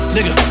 Nigga